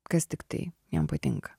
kas tiktai jam patinka